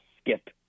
skip